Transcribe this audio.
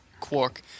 Quark